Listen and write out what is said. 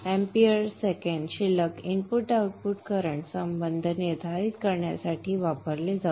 amp second balance input output current संबंध निर्धारित करण्यासाठी वापरले जाते